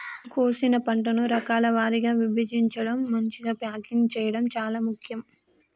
కోసిన పంటను రకాల వారీగా విభజించడం, మంచిగ ప్యాకింగ్ చేయడం చాలా ముఖ్యం